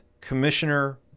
Commissioner